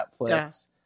netflix